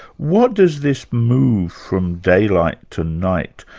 what does this move from daylight to night,